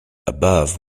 above